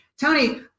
Tony